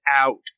out